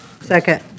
Second